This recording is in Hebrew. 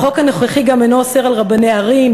החוק הנוכחי גם אינו אוסר על רבני ערים,